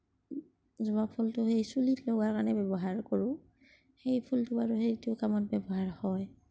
জবা ফুলটো সেই চুলিত লগোৱাৰ কাৰণে ব্যৱহাৰ কৰোঁ সেই ফুলটো বাৰু সেই কামত ব্যৱহাৰ হয়